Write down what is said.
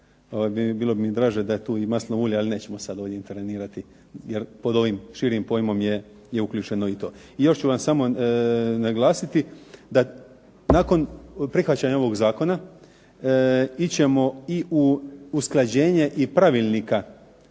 bilo bi mi draže da je tu i maslinovo ulje, ali nećemo sad ovdje intervenirati. Jer pod ovim širim pojmom je uključeno i to. I još ću vam samo naglasiti da nakon prihvaćanja ovog zakona ići ćemo i u usklađenje i pravilnika